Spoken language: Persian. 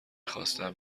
خواستم